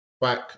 back